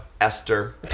Esther